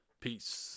peace